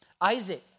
Isaac